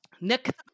Nick